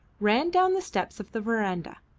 ran down the steps of the verandah.